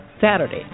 Saturday